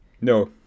No